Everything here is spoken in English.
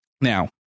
Now